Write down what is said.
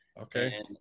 okay